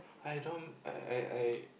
I don't I I I